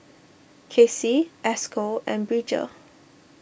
Casie Esco and Bridger